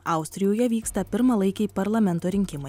austrijoje vyksta pirmalaikiai parlamento rinkimai